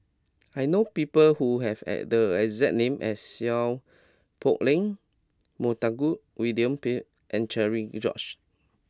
I know people who have at the exact name as Seow Poh Leng Montague William Pett and Cherian George